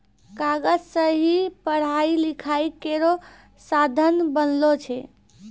कागज सें ही पढ़ाई लिखाई केरो साधन बनलो छै